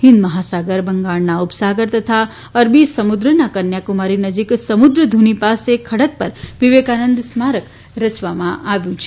હિન્દ મહાસાગર બંગાળના ઉપસાગર તથા અરબી સમુદ્રના કન્યાકુમારી નજીક સામુદ્ધુની પાસે ખડક પર વિવેકાનંદ સ્મારક રચવામાં આવ્યું છે